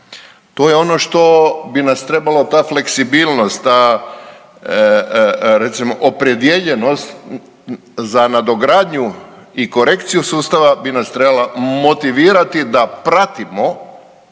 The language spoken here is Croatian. To je ono što bi nas trebalo ta fleksibilnost, ta recimo opredijeljenost za nadogradnju i korekciju sustava bi nas trebala motivirati da pratimo